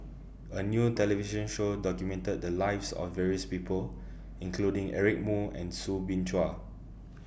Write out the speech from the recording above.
A New television Show documented The Lives of various People including Eric Moo and Soo Bin Chua